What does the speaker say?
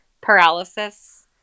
paralysis